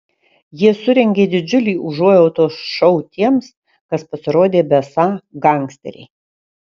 jie surengė didžiulį užuojautos šou tiems kas pasirodė besą gangsteriai